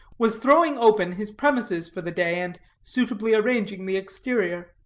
was throwing open his premises for the day, and suitably arranging the exterior.